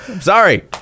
sorry